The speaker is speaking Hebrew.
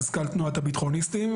מזכ"ל תנועת ה"ביטחוניסטים",